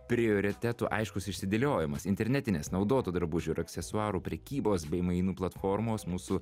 prioritetų aiškus išsidėliojimas internetinės naudotų drabužių ir aksesuarų prekybos bei mainų platformos mūsų